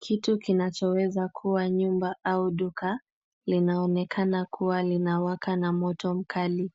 Kitu kinachoweza kuwa nyumba au duka linaonekana kuwa linawaka na moto mkali.